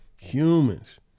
Humans